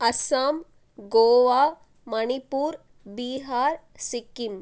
Assam Goa Manipur Bihar Sikkim